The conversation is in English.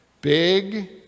Big